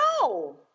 No